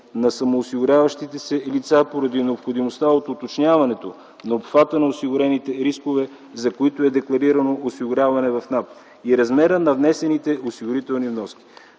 на самоосигуряващите се лица поради необходимостта от уточняването на обхвата на осигурените рискове, за които е декларирано осигуряване в НАП и размера на внесените осигурителни вноски.